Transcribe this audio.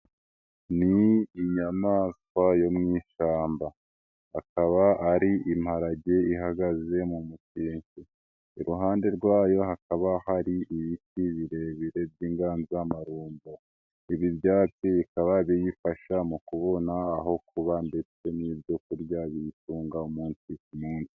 Ni inyamaswa yo mu ishyamba akaba ari imparage ihagaze mu mukenke iruhande rwayo hakaba hari ibiti birebire by'inganzamarumbo, ibi byatsi bikaba biyifasha mu kubona aho kuba ndetse n'ibyo kurya biyitunga umunsi ku munsi.